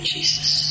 Jesus